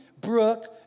Brooke